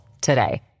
today